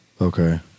Okay